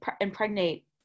impregnate